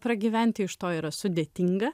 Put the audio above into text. pragyventi iš to yra sudėtinga